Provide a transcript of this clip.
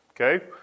Okay